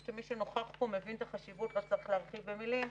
מי שנוכח פה מבין את החשיבות ולא צריך להרחיב במילים.